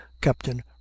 captain